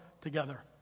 together